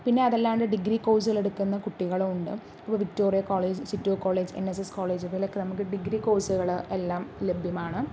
പിന്നെ അതല്ലാണ്ട് ഡിഗ്രി കോഴ്സുകള് എടുക്കുന്ന കുട്ടികളും ഉണ്ട് ഇപ്പോൾ Victoria college Chittur college N S S college ഇവിടെയൊക്കെ നമുക്ക് ഡിഗ്രി കോഴ്സുകള് എല്ലാം ലഭ്യമാണ്